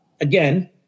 again